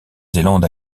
zélande